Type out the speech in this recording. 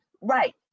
right